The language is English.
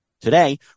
Today